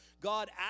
God